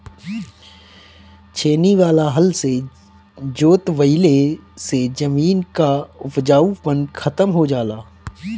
छेनी वाला हल से जोतवईले से जमीन कअ उपजाऊपन खतम हो जाला